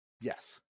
yes